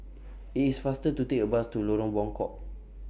IT IS faster to Take A Bus to Lorong Buangkok